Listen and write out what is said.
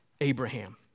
Abraham